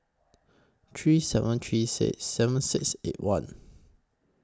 three seven three six seven six eight one